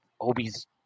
obi's